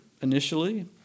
initially